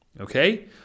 Okay